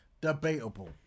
Debatable